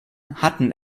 hatten